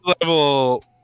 level